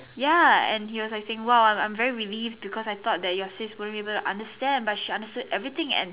ya and he was like saying !wow! I'm really relieved cause I thought your sis won't be able to understand but she under stand everything and